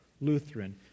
Lutheran